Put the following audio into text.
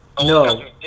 No